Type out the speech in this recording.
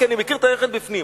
כי אני מכיר את המערכת מבפנים,